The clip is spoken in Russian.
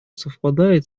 совпадает